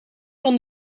van